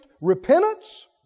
repentance